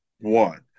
one